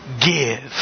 Give